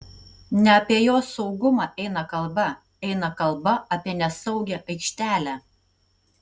ne apie jos saugumą eina kalba eina kalba apie nesaugią aikštelę